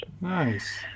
Nice